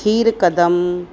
खीरकदम